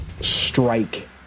strike